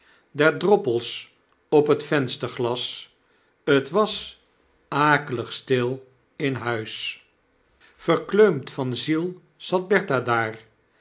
der droppels op het vensterglas t was aaklig stil in huis verkleumd van ziel zat bertha daar